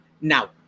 Now